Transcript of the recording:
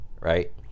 right